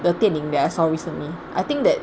the 电影 that I saw recently I think that